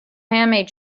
handmade